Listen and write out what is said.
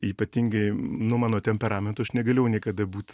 ypatingai nu mano temperamento aš negalėjau niekada būt